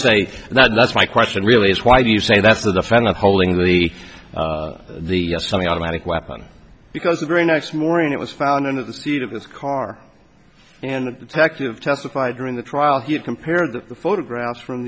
say that that's my question really is why do you say that's the defendant holding the the something automatic weapon because the very next morning it was found under the seat of his car and the detective testified during the trial he compared the photographs from